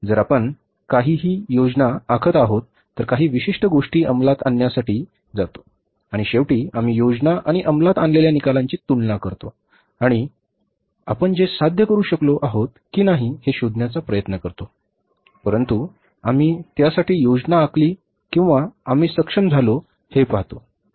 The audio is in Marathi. जर आपण काही ही योजना आखत आहोत तर काही विशिष्ट गोष्टी अंमलात आणण्यासाठी जातो आणि शेवटी आम्ही योजना आणि अंमलात आणलेल्या निकालांची तुलना करतो आणि आपण जे साध्य करू शकलो आहोत की नाही हे शोधण्याचा प्रयत्न करतो परंतु आम्ही त्यासाठी योजना आखली किंवा आम्ही सक्षम झालो हे पाहतो बरोबर